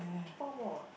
four more ah